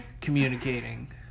communicating